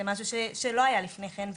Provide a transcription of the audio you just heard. זה משהו שלא היה לפני כן,